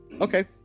Okay